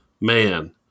man